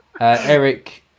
Eric –